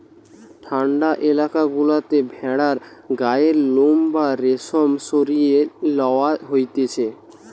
ঠান্ডা এলাকা গুলাতে ভেড়ার গায়ের লোম বা রেশম সরিয়ে লওয়া হতিছে